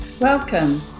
Welcome